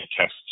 test